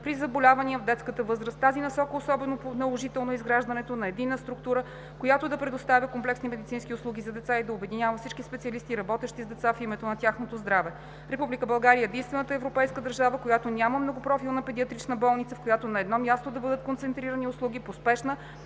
при заболявания в детска възраст. В тази насока особено наложително е изграждането на единна структура, която да предоставя комплексни медицински услуги за деца и да обединява всички специалисти, работещи с деца, в името на тяхното здраве. Република България е единствената европейска държава, която няма многопрофилна педиатрична болница, в която на едно място да бъдат концентрирани услуги по спешна